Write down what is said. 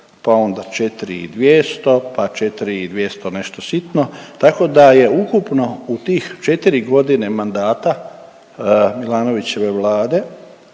pa onda 4 i 200, pa 4 i 200 nešto sitno tako da je ukupno u tih 4 godine mandata Milanovićeve Vlade